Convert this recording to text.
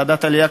ועדת העלייה,